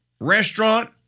restaurant